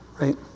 Right